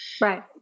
Right